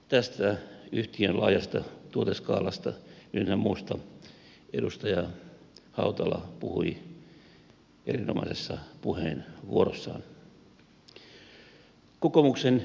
tästä yhtiön laajasta tuoteskaalasta ynnä muusta edustaja hautala puhui erinomaisessa puheenvuorossaan